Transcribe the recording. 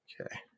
Okay